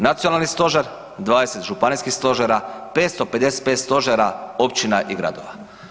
Nacionalni stožer, 20 županijskih stožera, 556 stožera općina i gradova.